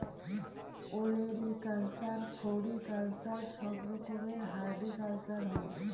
olericulture, floriculture সব রকমের horticulture হয়